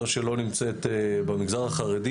זו שלא נמצאת במגזר החרדי,